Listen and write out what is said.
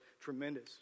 tremendous